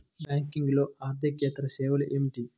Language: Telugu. బ్యాంకింగ్లో అర్దికేతర సేవలు ఏమిటీ?